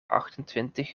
achtentwintig